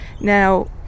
Now